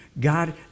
God